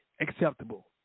acceptable